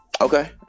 Okay